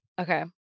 Okay